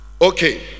Okay